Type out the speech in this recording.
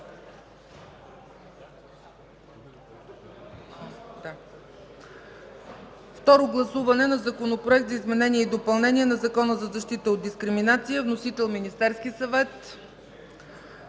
Второ гласуване на Законопроекта за изменение и допълнение на Закона за защита от дискриминация. Вносител – Министерски съвет.